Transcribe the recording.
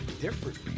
different